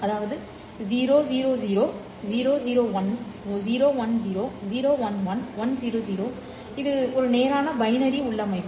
எனவே இது 000 001 010 011 100 இது நேரான பைனரி உள்ளமைவு